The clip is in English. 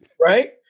right